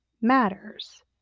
matters